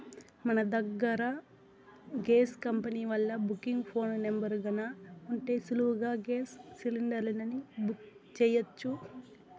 మన దగ్గర gas company వాల్ల బుకింగ్ ఫోను నెంబరు గాన ఉంటే సులువుగా గేస్ సిలిండర్ని బుక్ సెయ్యొచ్చు